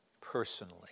personally